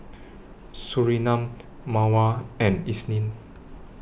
Surinam Mawar and Isnin